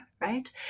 right